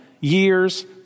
years